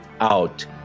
out